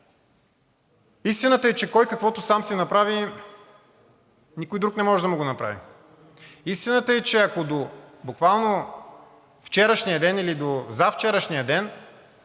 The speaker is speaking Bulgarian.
истината е, че който каквото сам си направи, никой друг не може да му го направи. Истината е, че ако буквално до вчерашния ден или до завчерашния ден,